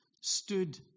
stood